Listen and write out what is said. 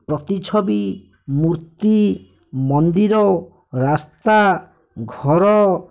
ପ୍ରତିଛବି ମୂର୍ତ୍ତୀ ମନ୍ଦିର ରାସ୍ତା ଘର